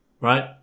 right